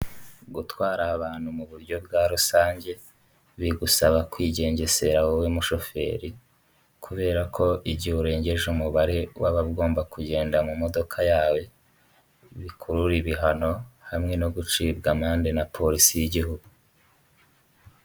Gutwara abantu mu buryo bwa rusange bigusaba kwigengesera wowe mushoferi, kubera ko igihe urengeje umubare w'abagomba kugenda mu modoka yawe bikurura ibihano hamwe no gucibwa amande na polisi y'igihugu.